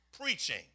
Preaching